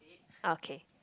okay